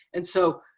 and so,